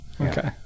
okay